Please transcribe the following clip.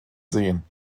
sehen